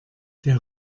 der